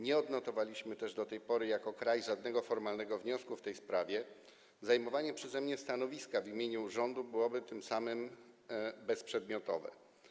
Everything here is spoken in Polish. Nie odnotowaliśmy też do tej pory jako kraj żadnego formalnego wniosku w tej sprawie, zajmowanie przeze mnie stanowiska w imieniu rządu byłoby tym samym bezprzedmiotowe.